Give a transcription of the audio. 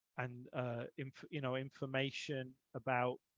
and in, you know, information about